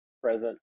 Present